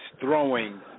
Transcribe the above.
throwing